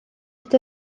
hyd